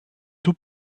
tout